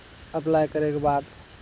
apply करै के बाद